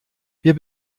wir